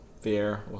fear